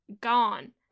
gone